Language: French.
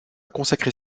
consacrer